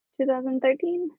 2013